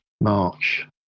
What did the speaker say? March